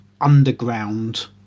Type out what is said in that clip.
underground